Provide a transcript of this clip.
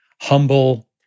humble